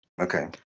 Okay